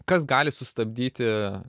kas gali sustabdyti